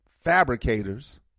fabricators